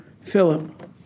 Philip